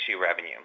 revenue